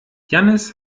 jannis